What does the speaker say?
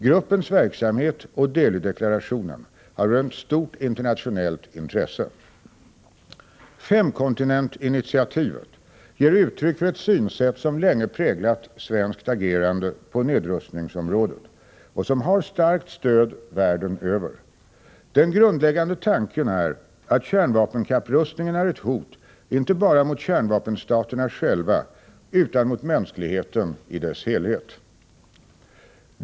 Gruppens verksamhet och Delhideklarationen har rönt stort internationellt intresse. Femkontinentsinitiativet ger uttryck för ett synsätt som länge präglat svenskt agerande på nedrustningsområdet och som har starkt stöd världen över. Den grundläggande tanken är att kärnvapenkapprustningen är ett hot inte bara mot kärnvapenstaterna själva, utan mot mänskligheten i dess helhet.